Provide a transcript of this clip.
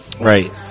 Right